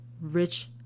Rich